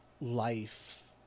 life